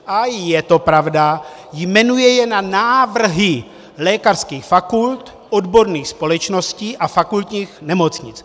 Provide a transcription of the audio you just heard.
A je to pravda, jmenuje je na návrhy lékařských fakult, odborných společností a fakultních nemocnic.